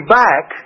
back